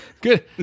Good